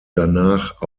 danach